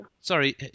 sorry